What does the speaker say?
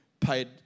paid